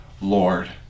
Lord